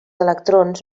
electrons